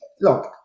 Look